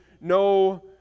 no